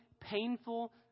painful